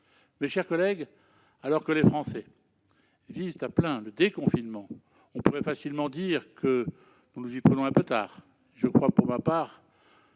Mes chers collègues, alors que les Français vivent à plein le déconfinement, on pourrait facilement dire que nous nous y prenons un peu tard. Je crois pour ma part